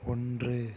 ஒன்று